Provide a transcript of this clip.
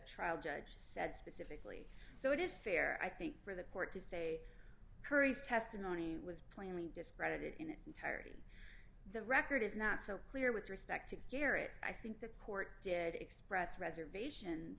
rial judge said specifically so it is fair i think for the court to say curry's testimony was plainly discredited in its entirety the record is not so clear with respect to garrett i think the court did express reservations